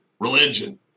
religion